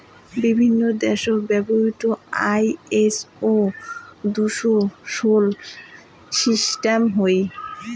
বিভিন্ন দ্যাশত ব্যবহৃত আই.এস.ও দুশো ষোল সিস্টাম হই